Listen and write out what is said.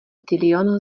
tilion